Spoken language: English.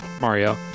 Mario